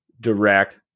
direct